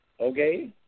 Okay